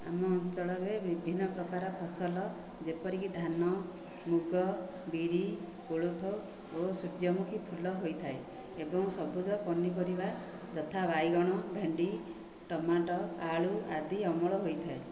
ଆମ ଅଞ୍ଚଳରେ ବିଭିନ୍ନ ପ୍ରକାର ଫସଲ ଯେପରିକି ଧାନ ମୁଗ ବିରି କୋଳଥ ଓ ସୂର୍ଯ୍ୟମୁଖୀ ଫୁଲ ହୋଇଥାଏ ଏବଂ ସବୁଜ ପନିପରିବା ଯଥା ବାଇଗଣ ଭେଣ୍ଡି ଟମାଟୋ ଆଳୁ ଆଦି ଅମଳ ହୋଇଥାଏ